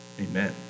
Amen